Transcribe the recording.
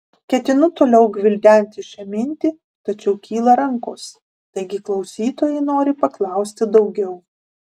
ketinu toliau gvildenti šią mintį tačiau kyla rankos taigi klausytojai nori paklausti daugiau